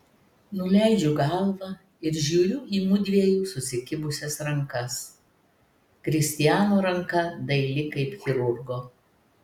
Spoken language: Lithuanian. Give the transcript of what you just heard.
nuleidžiu galvą ir žiūriu į mudviejų susikibusias rankas kristiano ranka daili kaip chirurgo